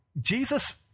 Jesus